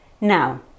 Now